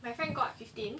my friend got fifteen